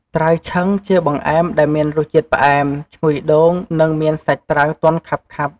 ត្រាវឆឹង ជាបង្អែមដែលមានរសជាតិផ្អែម ឈ្ងុយដូង និងមានសាច់ត្រាវទន់ខាប់ៗ។